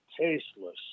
tasteless